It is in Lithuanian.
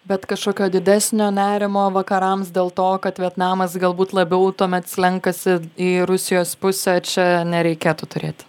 bet kažkokio didesnio nerimo vakarams dėl to kad vietnamas galbūt labiau tuomet slenkasi į rusijos pusę čia nereikėtų turėti